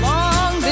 Long